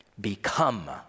become